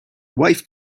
wife